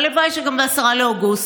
הלוואי שגם ב-10 באוגוסט.